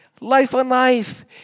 life-on-life